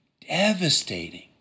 Devastating